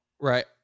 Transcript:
Right